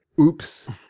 Oops